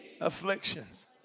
afflictions